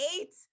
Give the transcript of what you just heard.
eight